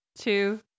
two